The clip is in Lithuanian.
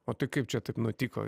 o tai kaip čia taip nutiko